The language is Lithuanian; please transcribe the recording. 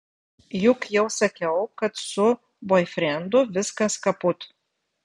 juk jau sakiau kad su boifrendu viskas kaput